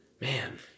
Man